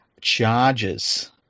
charges